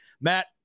Matt